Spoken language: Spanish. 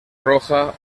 roja